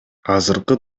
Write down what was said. азыркы